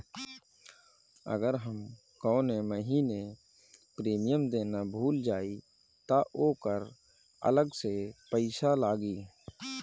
अगर हम कौने महीने प्रीमियम देना भूल जाई त ओकर अलग से पईसा लागी?